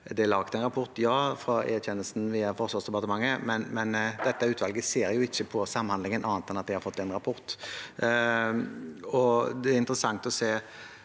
Det er laget en rapport, ja, fra E-tjenesten via Forsvarsdepartementet, men dette utvalget ser jo ikke på samhandlingen, annet enn at de har fått en rapport. Det har vært interessant å lese